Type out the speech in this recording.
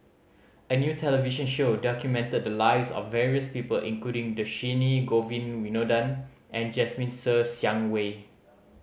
a new television show documented the lives of various people including Dhershini Govin Winodan and Jasmine Ser Xiang Wei